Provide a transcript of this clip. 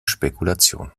spekulation